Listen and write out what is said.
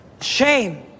Shame